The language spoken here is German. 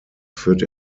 führt